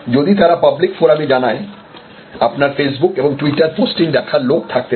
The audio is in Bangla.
যদি তারা পাবলিক ফোরামে জানায় আপনার ফেসবুক এবং টুইটার পোস্টিং দেখার লোক থাকতে হবে